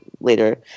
later